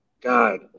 God